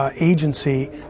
agency